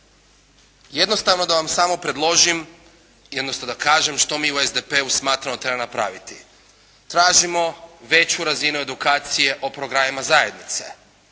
Jednostavno da vam samo predložim i odnosno da kažem što mi u SDP-u smatramo da treba napraviti. Tražimo veću razinu edukacije o programima zajednice.